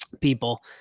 people